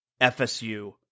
FSU